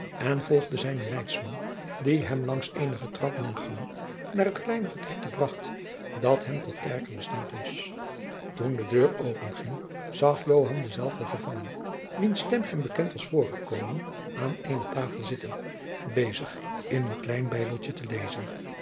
en volgde zijnen leidsman die hem langs eenige trappen en gangen naar het kleine vertrekje bracht dat hem tot kerker bestemd was toen de deur openging zag joan denzelfden gevangene wiens stem hem bekend was voorgekomen aan eene tafel zitten bezig met in een klein bijbeltje te lezen